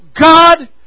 God